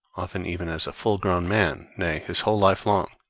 often even as a full-grown man, nay, his whole life long,